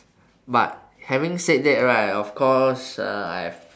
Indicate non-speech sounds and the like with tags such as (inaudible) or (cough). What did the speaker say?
(breath) but having said that right of course uh I've